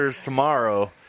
tomorrow